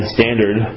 Standard